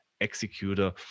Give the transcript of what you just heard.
executor